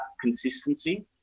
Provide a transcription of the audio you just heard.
consistency